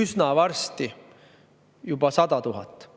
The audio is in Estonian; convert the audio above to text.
üsna varsti juba 100 000